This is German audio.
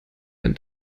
den